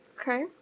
Okay